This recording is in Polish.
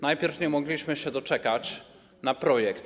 Najpierw nie mogliśmy się doczekać projektu.